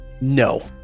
No